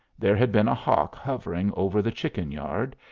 there had been a hawk hovering over the chicken yard,